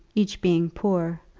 each being poor,